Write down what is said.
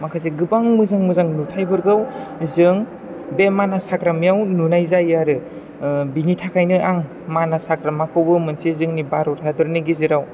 माखासे गोबां मोजां मोजां नुथाइफोरखौ जों बे मानास हाग्रामायाव नुनाय जायो आरो बिनि थाखायनो आं मानास हाग्राखौबो मोनसे जोंनि भारत हादरनि गेजेराव